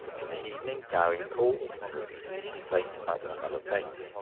in the evening gowing called, and repeated his complaint about the smell of paint.